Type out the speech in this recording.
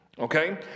Okay